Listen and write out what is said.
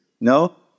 no